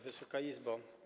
Wysoka Izbo!